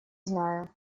знаю